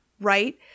right